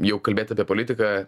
jeigu kalbėt apie politiką